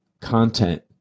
content